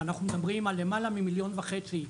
אנחנו מדברים על למעלה ממיליון וחצי ישראליים,